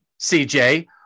CJ